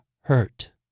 hurt